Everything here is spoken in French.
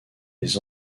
les